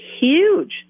huge